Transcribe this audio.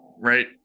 Right